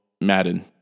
Madden